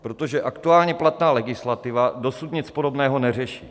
Protože aktuálně platná legislativa dosud nic podobného neřeší.